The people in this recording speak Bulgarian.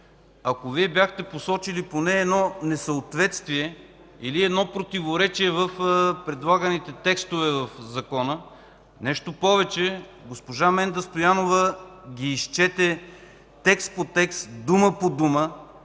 ако Вие бяхте посочили поне едно несъответствие или едно противоречие в предлаганите текстове в закона. Нещо повече, госпожа Менда Стоянова ги изчете текст по текст, дума по дума,